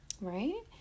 Right